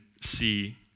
see